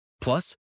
Plus